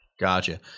Gotcha